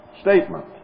statement